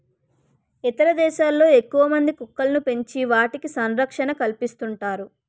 ఇతర దేశాల్లో ఎక్కువమంది కుక్కలను పెంచి వాటికి సంరక్షణ కల్పిస్తుంటారు